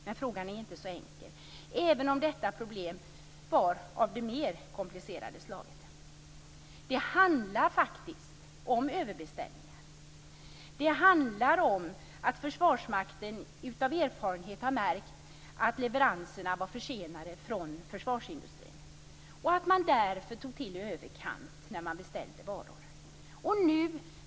Men frågan är inte så enkel, även om detta problem var av det mer komplicerade slaget. Det handlar om överbeställningar. Det handlar om att Försvarsmakten av erfarenhet har märkt att leveranserna från försvarsindustrin varit försenade och att man tog till i överkant när man beställde varor.